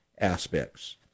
aspects